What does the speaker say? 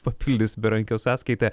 papildys berankio sąskaitą